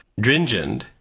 Dringend